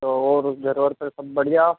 تو اور گھر ور پہ سب بڑھیا